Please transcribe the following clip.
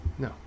No